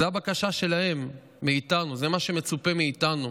זאת הבקשה שלהם מאיתנו, זה מה שמצופה מאיתנו